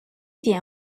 地点